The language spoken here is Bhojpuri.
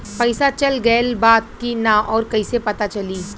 पइसा चल गेलऽ बा कि न और कइसे पता चलि?